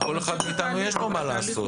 כל אחד מאיתנו, יש לו מה לעשות.